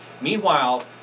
meanwhile